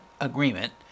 agreement